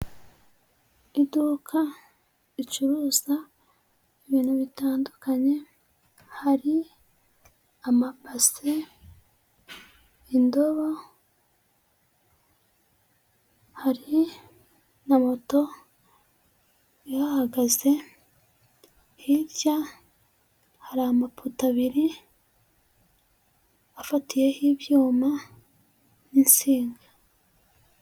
Iduka ricuruza ibintu bitandukanye, hari amabase, indobo, hari na moto ihahagaze, hirya hari amapoto abiri afatiyeho ibyuma n'insinga.